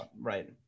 Right